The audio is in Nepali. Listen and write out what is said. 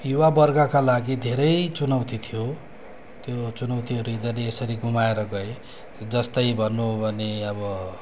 युवावर्गका लागि धेरै चुनौती थियो त्यो चुनौतीहरू यिनीहरूले यसरी गुमाएर गए जस्तै भन्नु हो भने अब